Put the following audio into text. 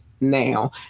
Now